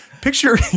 Picture